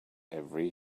every